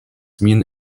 min